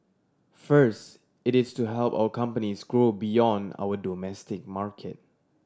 first it is to help our companies grow beyond our domestic market